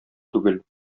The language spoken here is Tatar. түгел